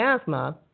asthma